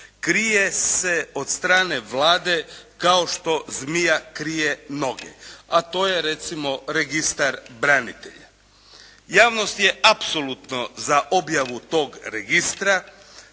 krije se od strane Vlade kao što zmija krije noge, a to je recimo registar branitelja. Javnost je apsolutno za objavu tog registra,